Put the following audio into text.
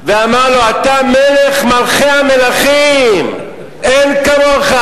ואמר לו: אתה מלך מלכי המלכים, אין כמוך,